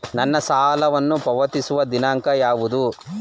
ನನ್ನ ಸಾಲವನ್ನು ಪಾವತಿಸುವ ದಿನಾಂಕ ಯಾವುದು?